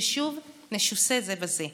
ששוב נשוסה זה בזה,